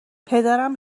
پدرم